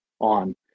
on